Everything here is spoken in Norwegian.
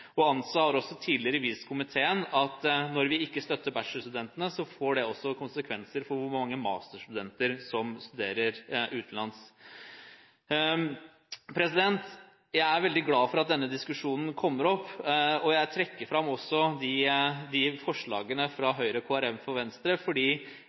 har også tidligere vist komiteen at når vi ikke støtter bachelorstudentene, får det konsekvenser for hvor mange masterstudenter som studerer utenlands. Jeg er veldig glad for at denne diskusjonen kommer opp, og jeg trekker også fram forslagene fra Høyre, Kristelig Folkeparti og Venstre, fordi